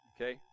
Okay